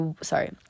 Sorry